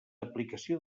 aplicació